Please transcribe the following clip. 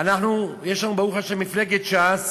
אנחנו, יש לנו ברוך השם מפלגת ש"ס